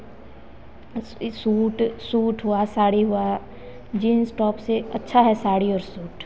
यह suit suit हुआ साड़ी हुआ जींस टॉप से अच्छा है साड़ी और सूट